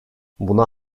buna